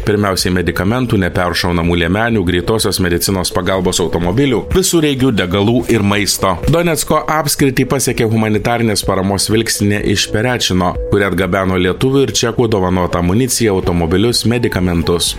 pirmiausiai medikamentų neperšaunamų liemenių greitosios medicinos pagalbos automobilių visureigių degalų ir maisto donecko apskritį pasiekė humanitarinės paramos vilkstinė iš perečino kuri atgabeno lietuvių ir čekų dovanotą amuniciją automobilius medikamentus